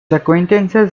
acquaintances